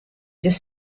just